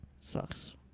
Sucks